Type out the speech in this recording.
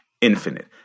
infinite